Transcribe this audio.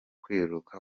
kwibaruka